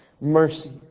mercy